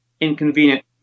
inconvenient